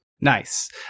nice